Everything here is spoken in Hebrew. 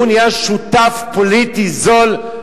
והוא נהיה שותף פוליטי זול,